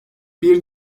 bir